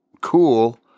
cool